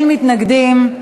אין מתנגדים.